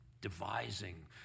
devising